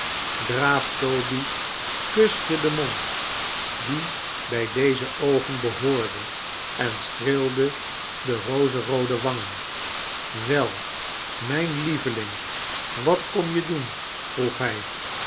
draaf-toby kuste den mond die bij deze oogen behoorde en streelde de rozeroode wangen wel mijn lieveling wat kom je doen vroeg hij